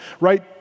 right